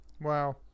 Wow